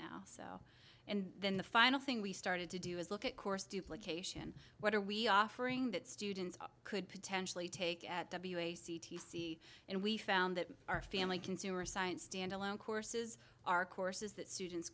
ory so and then the final thing we started to do is look at course duplication what are we offering that students could potentially take at the c t c and we found that our family consumer science standalone courses are courses that students